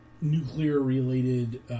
nuclear-related